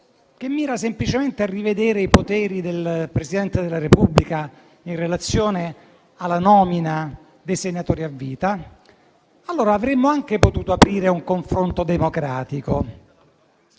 che mira semplicemente a rivedere i poteri del Presidente della Repubblica in relazione alla nomina dei senatori a vita, allora avremmo anche potuto aprire un confronto democratico.